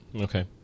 Okay